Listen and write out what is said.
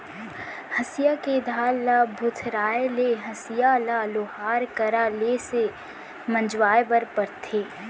हँसिया के धार भोथराय ले हँसिया ल लोहार करा ले से मँजवाए बर परथे